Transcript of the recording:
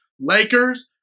Lakers